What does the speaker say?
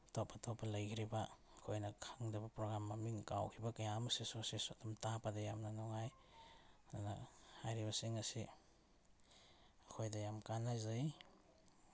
ꯑꯇꯣꯞ ꯑꯇꯣꯞꯄ ꯂꯩꯈ꯭ꯔꯤꯕ ꯑꯩꯈꯣꯏꯅ ꯈꯪꯗ꯭ꯔꯤꯕ ꯄ꯭ꯔꯣꯒ꯭ꯔꯥꯝ ꯃꯃꯤꯡ ꯀꯥꯎꯈꯤꯕ ꯀꯌꯥ ꯑꯃꯁꯤꯁꯨ ꯁꯤꯁꯨ ꯑꯗꯨꯝ ꯇꯥꯕꯗ ꯌꯥꯝꯅ ꯅꯨꯡꯉꯥꯏ ꯑꯗꯨꯅ ꯍꯥꯏꯔꯤꯕꯁꯤꯡ ꯑꯁꯤ ꯑꯩꯈꯣꯏꯗ ꯌꯥꯝ ꯀꯥꯟꯅꯖꯩ